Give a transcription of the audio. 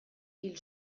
hil